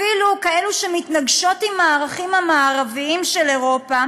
אפילו כאלה שמתנגשות עם הערכים המערביים של אירופה